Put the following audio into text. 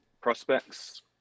prospects